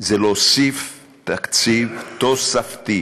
זה להוסיף, תקציב תוספתי.